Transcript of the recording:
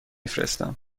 فرستم